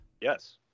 Yes